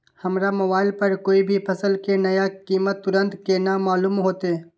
हमरा मोबाइल पर कोई भी फसल के नया कीमत तुरंत केना मालूम होते?